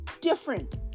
different